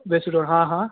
Vesu road હા હા